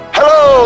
Hello